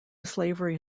slavery